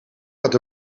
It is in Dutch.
dat